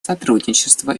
сотрудничества